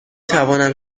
توانم